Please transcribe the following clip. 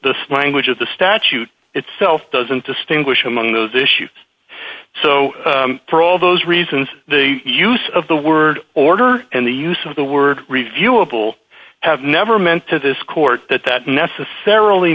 the language of the statute itself doesn't distinguish among those issues so for all those reasons the use of the word order and the use of the word reviewable have never meant to this court that that necessarily